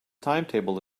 timetable